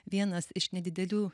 vienas iš nedidelių